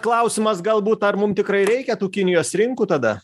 klausimas galbūt ar mum tikrai reikia tų kinijos rinkų tada